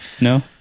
No